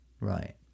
Right